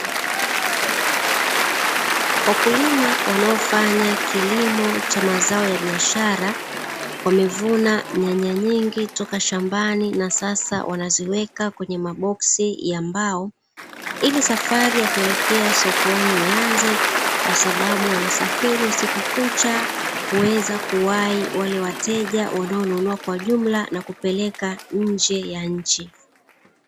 Wakulima wanaofanya kilimo cha mazao ya biashara, wamevuna nyanya nyingi toka shambani na sasa wanaziweka kwenye maboksi ya mbao, ili safari ya kuelekea sokoni ianze kwa sababu wanasafiri usiku kucha kuweza kuwahi wale wateja wanaonunua kwa jumla na kupeleka nje ya nchi.